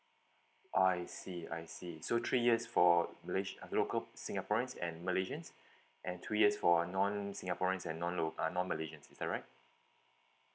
oh I see I see so three years for malay local singaporeans and malaysians and two years for non singaporeans and non lo~ uh non malaysians is that right